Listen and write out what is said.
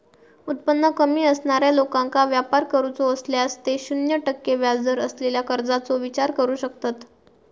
उत्पन्न कमी असणाऱ्या लोकांका व्यापार करूचो असल्यास ते शून्य टक्के व्याजदर असलेल्या कर्जाचो विचार करू शकतत